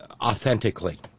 authentically